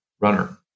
runner